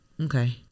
Okay